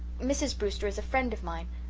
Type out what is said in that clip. mrs. brewster is a friend of mine.